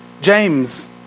James